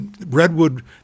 redwood